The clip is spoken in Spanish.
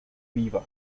vivas